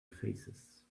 faces